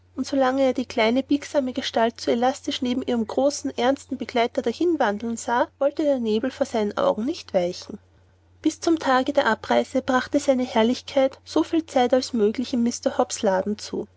solange er die kleine biegsame gestalt so elastisch neben ihrem großen ernsten begleiter dahinwandeln sah wollte der nebel vor seinen augen nicht weichen bis zum tage der abreise brachte seine herrlichkeit so viel zeit als möglich in mr hobbs laden zu